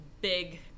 big